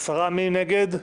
מי נגד?